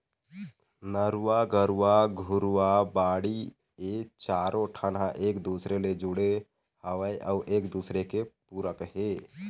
नरूवा, गरूवा, घुरूवा, बाड़ी ए चारों ठन ह एक दूसर ले जुड़े हवय अउ एक दूसरे के पूरक हे